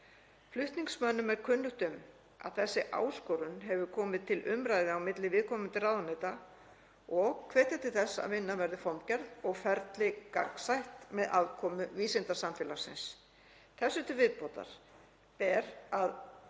Flutningsmönnum er kunnugt um að þessi áskorun hefur komið til umræðu á milli viðkomandi ráðuneyta og hvetja til þess að vinnan verði formgerð og ferli gagnsætt með aðkomu vísindasamfélagsins. Þessu til viðbótar ber að